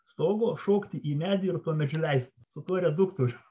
stogo šokti į medį ir tuo medžiu leisti su tuo reduktorium